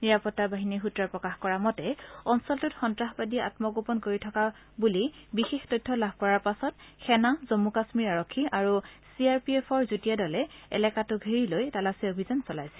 নিৰাপত্তা বাহিনীৰ সূত্ৰই প্ৰকাশ কৰা মতে অঞ্চলটোত সন্নাসবাদী আম্মগোপন কৰি থকা বুলি বিশেষ তথ্য লাভ কৰাৰ পাছত সেনা জম্মু কাম্মীৰ আৰক্ষী আৰু চি আৰ পি এফৰ যুটীয়া দলে এলেকাটো ঘেৰি লৈ তালাচী অভিযান চলাইছিল